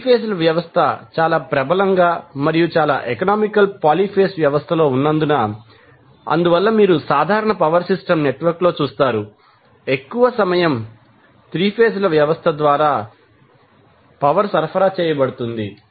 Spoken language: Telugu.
ఇప్పుడు 3 ఫేజ్ ల వ్యవస్థ చాలా ప్రబలంగా మరియు చాలా ఎకనామికల్ పాలిఫేస్ వ్యవస్థలో ఉన్నందున అందువల్ల మీరు సాధారణ పవర్ సిస్టమ్ నెట్వర్క్లో చూస్తారు ఎక్కువ సమయం 3ఫేజ్ ల వ్యవస్థ ద్వారా పవర్ సరఫరా చేయబడుతోంది